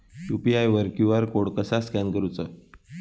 UPI वर QR code कसा scan करूचा?